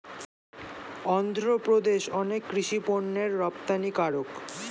অন্ধ্রপ্রদেশ অনেক কৃষি পণ্যের রপ্তানিকারক